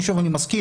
ושוב אני מזכיר,